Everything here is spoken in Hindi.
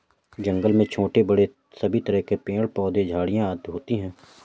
जंगल में छोटे बड़े सभी तरह के पेड़ पौधे झाड़ियां आदि होती हैं